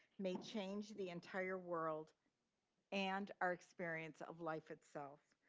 may change the entire world and our experience of life itself.